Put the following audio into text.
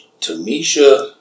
Tamisha